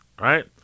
Right